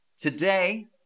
Today